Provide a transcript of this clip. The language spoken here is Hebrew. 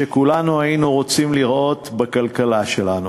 שכולנו היינו רוצים לראות בכלכלה שלנו,